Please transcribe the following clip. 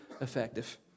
effective